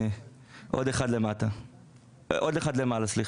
אנחנו יוצרים מבנה שוק